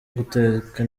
guteka